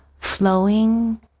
flowing